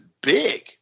big